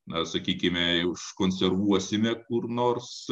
na sakykime užkonservuosime kur nors